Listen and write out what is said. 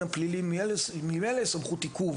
הפלילי ממילא יש לכל אדם סמכות עיכוב,